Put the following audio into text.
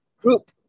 group